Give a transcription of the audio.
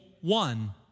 one